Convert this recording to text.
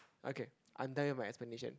okay I'm done with my explanation